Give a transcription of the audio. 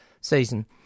season